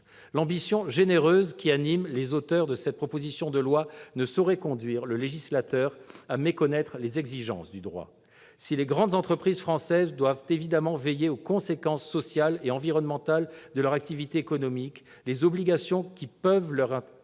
L'ambition généreuse qui anime les auteurs de cette proposition de loi ne saurait conduire le législateur à méconnaître les exigences du droit. Si les grandes entreprises françaises doivent évidemment veiller aux conséquences sociales et environnementales de leur activité économique, les obligations qui peuvent leur être